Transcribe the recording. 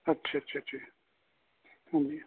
ਅੱਛਾ ਅੱਛਾ ਅੱਛਾ ਹਾਂਜੀ